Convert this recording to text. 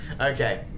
Okay